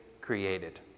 created